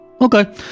okay